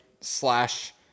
slash